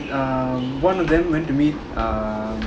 like um one of them went to meet um